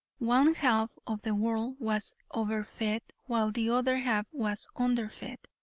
one-half of the world was over-fed while the other half was under-fed.